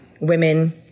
women